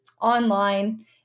online